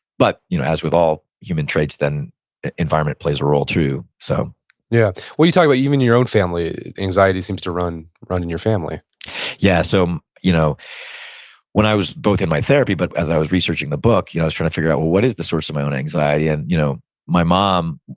but you know as with all human traits, then environment plays a role too so yeah, well, you talked about even your own family anxiety seems to run run in your family yeah. so you know when i was both in my therapy, but as i was researching the book, i was trying to figure out, well, what is the source of my own anxiety? and you know my mom,